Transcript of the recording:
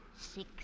Six